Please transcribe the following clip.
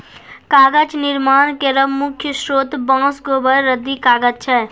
कागज निर्माण केरो मुख्य स्रोत बांस, गोबर, रद्दी कागज छै